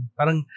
parang